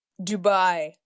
Dubai